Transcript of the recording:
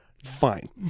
Fine